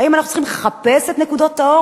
האם אנחנו צריכים לחפש את נקודות האור